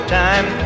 time